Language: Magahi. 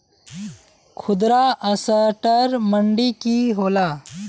खुदरा असटर मंडी की होला?